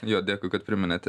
jo dėkui kad priminėt